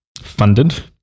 funded